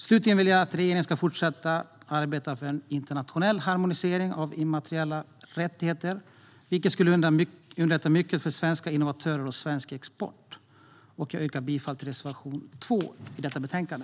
Slutligen vill jag att regeringen ska fortsätta att arbeta för en internationell harmonisering av immateriella rättigheter, vilket skulle underlätta mycket för svenska innovatörer och svensk export. Jag yrkar bifall till reservation 2 i detta betänkande.